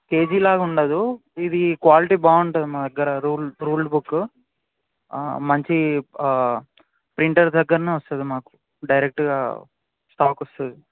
కేజీలాగా ఉండదు ఇది క్వాలిటీ బాగుంటుంది మాదగ్గర రూల్డ్ రూల్డ్ బుక్ మంచి ప్రింటర్ దగ్గర వస్తుంది మాకు డైరెక్ట్గా స్టాక్ వస్తుంది